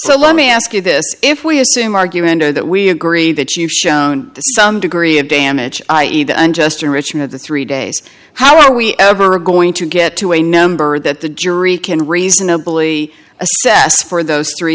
so let me ask you this if we assume argue and that we agree that you've shown some degree of damage i e the unjust enrichment the three days how are we ever going to get to a number that the jury can reasonably assess for those three